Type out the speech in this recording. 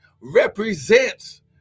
represents